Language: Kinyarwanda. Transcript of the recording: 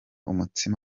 umutsima